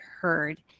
heard